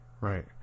right